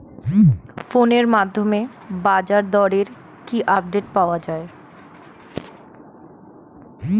ফোনের মাধ্যমে বাজারদরের কি আপডেট পাওয়া যায়?